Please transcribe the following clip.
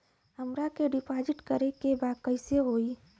हमरा के डिपाजिट करे के बा कईसे होई?